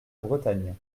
bretagne